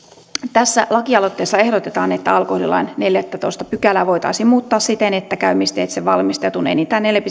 tässä lakialoitteessa ehdotetaan että alkoholilain neljättätoista pykälää voitaisiin muuttaa siten että käymisteitse valmistetun enintään neljä